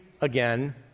again